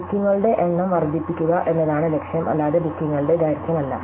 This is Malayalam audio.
ബുക്കിംഗുകളുടെ എണ്ണം വർദ്ധിപ്പിക്കുക എന്നതാണ് ലക്ഷ്യം അല്ലാതെ ബുക്കിംഗുകളുടെ ദൈർഘ്യമല്ല